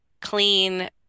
clean